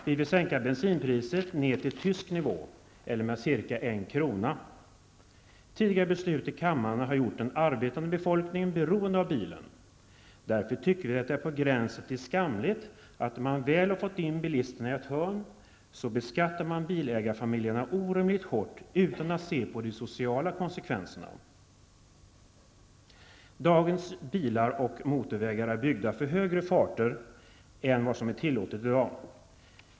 Vi vill sänka bensinpriset ned till tysk nivå, eller med ca 1 kr. Tidigare beslut i kammaren har gjort den arbetande befolkningen beroende av bilen. Därför tycker vi att det är på gränsen till skamligt, att när man väl har fått in bilisterna i ett hörn beskattar man bilägarfamiljerna orimligt hårt utan att se till de sociala konsekvenserna. Dagens bilar och motorvägar är byggda för högre farter än vad som är tillåtet i dag.